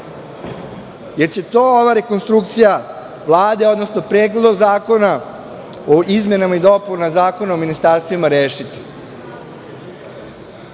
Hoće li to ova rekonstrukcija Vlade, odnosno Predlog zakona o izmenama i dopunama Zakona o ministarstvima rešiti?